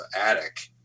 attic